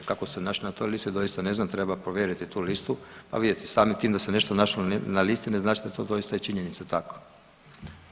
Kako se našlo na toj listi doista ne znam treba provjeriti tu listu, pa vidjeti samim tim da se nešto našlo na listi ne znači da je to doista i činjenica tako.